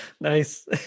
Nice